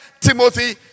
Timothy